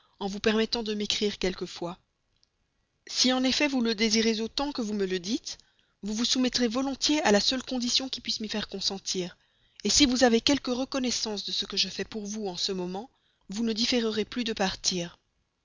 en vous permettant de m'écrire quelquefois si en effet vous le désirez autant que vous me le dites vous vous soumettrez volontiers à la seule condition qui puisse m'y faire consentir si vous avez quelque reconnaissance de ce que je fais pour vous dans ce moment vous ne différerez plus de partir